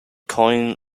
coin